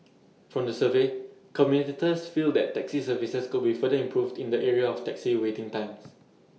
from the survey commuters feel that taxi services could be further improved in the area of taxi waiting times